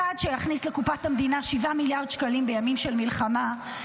צעד שיכניס לקופת המדינה 7 מיליארד שקלים בימים של מלחמה,